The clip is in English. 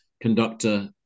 conductor